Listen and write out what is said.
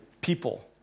people